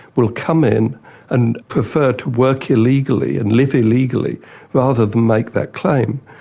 will come in and prefer to work illegally and live illegally rather than make that claim,